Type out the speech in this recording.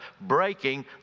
breaking